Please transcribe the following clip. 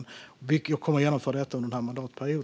Vi kommer att genomföra detta under denna mandatperiod.